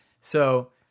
So-